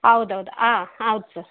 ಹೌದ್ ಹೌದ್ ಹಾಂ ಹೌದು ಸರ್